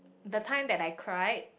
the time that I cried